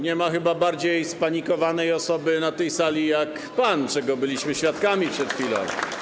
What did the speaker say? Nie ma chyba bardziej spanikowanej osoby na tej sali niż pan, czego byliśmy świadkami przed chwilą.